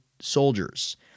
soldiers